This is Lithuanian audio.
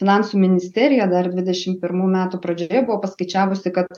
finansų ministerija dar dvidešim pirmų metų pradžioje buvo paskaičiavusi kad